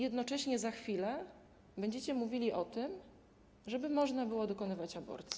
Jednocześnie za chwilę będziecie mówili o tym, żeby można było dokonywać aborcji.